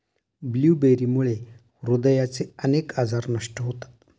ब्लूबेरीमुळे हृदयाचे अनेक आजार नष्ट होतात